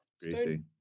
Greasy